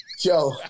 Yo